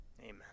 Amen